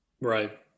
right